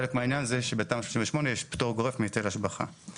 חלק מהעניין זה שבתמ"א 38 יש פטור גורף מהיטל השבחה.